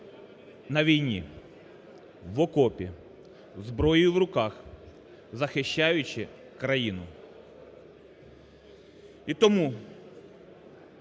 на війні, в окопі, зі зброєю в руках захищаючи країну.